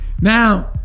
now